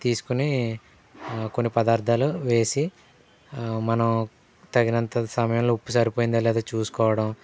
తీసుకుని కొన్ని పదార్థాలు వేసి మనం తగినంత సమయంలో ఉప్పు సరిపోయిందో లేదో చూసుకోవడం